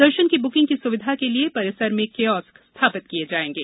दर्शन की बुकिंग की सुविधा के लिये परिसर में कियोस्क स्थापित किये जाएंगे